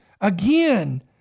again